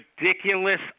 ridiculous